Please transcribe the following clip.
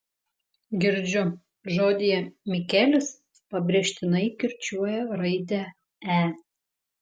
girdžiu žodyje mikelis pabrėžtinai kirčiuoja raidę e